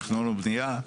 תכנון ובנייה,